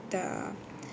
the